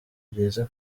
byiza